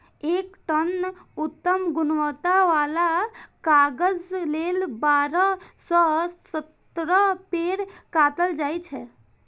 एक टन उत्तम गुणवत्ता बला कागज लेल बारह सं सत्रह पेड़ काटल जाइ छै